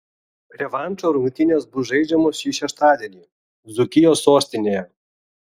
revanšo rungtynės bus žaidžiamos šį šeštadienį dzūkijos sostinėje